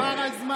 נגמר הזמן.